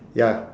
ya